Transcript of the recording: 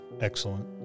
excellent